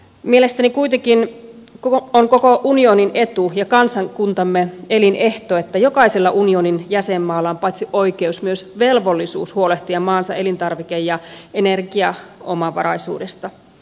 mielestäni kuitenkin on koko unionin etu ja kansakuntamme elinehto että jokaisella unionin jäsenmaalla on paitsi oikeus myös velvollisuus huolehtia maansa elintarvike ja energiaomavaraisuudesta